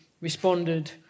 responded